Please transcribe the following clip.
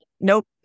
nope